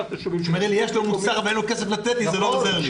הוא אומר: אם יש לו מוסר אבל אין לו כסף לתת לי זה לא עוזר לי.